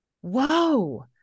whoa